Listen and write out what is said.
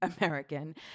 American